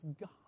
God